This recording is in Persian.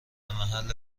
محل